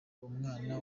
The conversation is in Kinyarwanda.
umwana